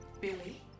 Billy